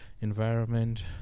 environment